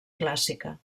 clàssica